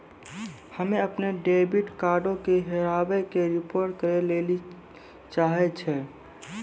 हम्मे अपनो डेबिट कार्डो के हेराबै के रिपोर्ट करै लेली चाहै छियै